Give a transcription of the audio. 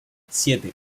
siete